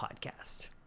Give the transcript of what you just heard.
Podcast